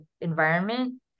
environment